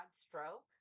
stroke